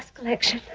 collection,